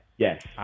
Yes